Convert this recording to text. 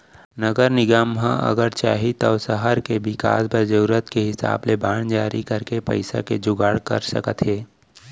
नगर निगम ह अगर चाही तौ सहर के बिकास बर जरूरत के हिसाब ले बांड जारी करके पइसा के जुगाड़ कर सकत हे